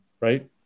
right